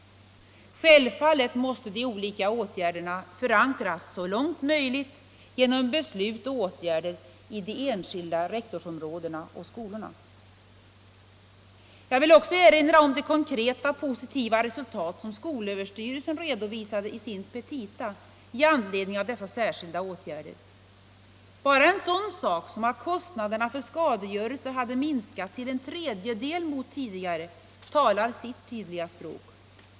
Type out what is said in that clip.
Självfallet måste de olika åtgärderna förankras så långt möjligt genom beslut och åtgärder i de enskilda rektorsområdena och i skolan. Jag vill erinra om de konkreta positiva resultat som SÖ redovisade i sina petita med anledning av de särskilda åtgärderna. Bara en sådan sak som att kostnaderna för skadegörelse hade minskat till en tredjedel mot tidigare talar sitt tydliga språk.